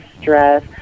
stress